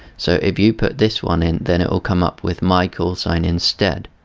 so if you put this one in then it will come up with my callsign instead.